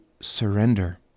surrender